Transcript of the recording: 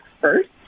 first